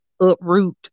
uproot